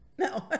No